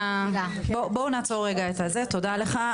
תודה לך,